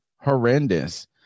horrendous